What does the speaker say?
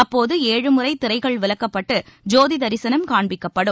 அப்போது ஏழுமுறை திரைகள் விலக்கப்பட்டு ஜோதி தரிசனம் காண்பிக்கப்படும்